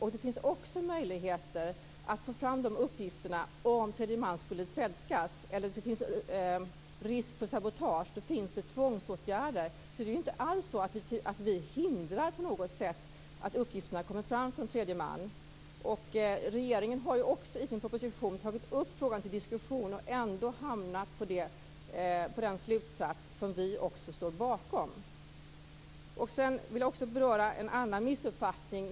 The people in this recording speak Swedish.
Det finns också möjligheter att få fram de uppgifterna om tredje man skulle tredskas eller om det finns risk för sabotage. Då finns det tvångsåtgärder. Det är inte alls så att vi förhindrar att uppgifterna kommer fram från tredje man. Regeringen har också i sin proposition tagit upp frågan till diskussion, och man har hamnat på den slutsats som vi också står bakom. Jag vill också beröra en annan missuppfattning.